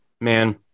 man